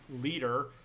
leader